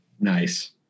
Nice